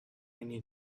need